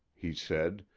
he said,